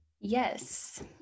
Yes